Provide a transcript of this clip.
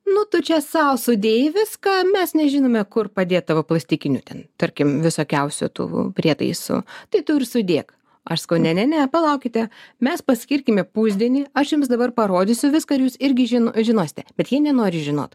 nu tu čia sau sudėjai viską mes nežinome kur padėt tavo plastikinių ten tarkim visokiausių tų prietaisų tai tu ir sudėk aš sakau ne ne ne palaukite mes paskirkime pusdienį aš jums dabar parodysiu viską ir jūs irgi žino žinosite bet jei nenori žinot